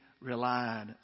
relied